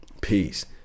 peace